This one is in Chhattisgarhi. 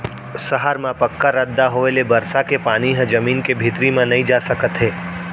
सहर म पक्का रद्दा होए ले बरसा के पानी ह जमीन के भीतरी म नइ जा सकत हे